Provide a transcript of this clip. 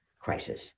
crisis